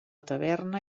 taverna